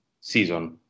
season